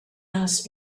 asked